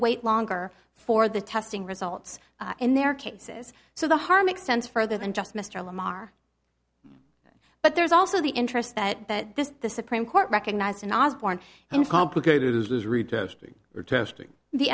wait longer for the testing results in their cases so the harm extends further than just mr lamar but there's also the interest that that this the supreme court recognized in osborne and complicated is retested for testing the